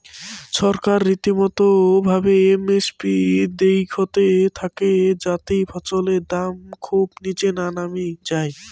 ছরকার রীতিমতো ভাবে এম এস পি দেইখতে থাকে যাতি ফছলের দাম খুব নিচে না নামি যাই